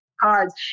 cards